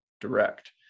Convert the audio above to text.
direct